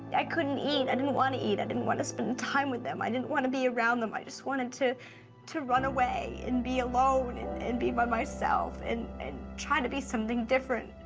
i couldn't eat, i didn't want to eat, i didn't want to spend time with them, i didn't want to be around them, i just wanted to to run away and be alone and and be by myself and and try to be something different.